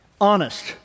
honest